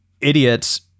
idiots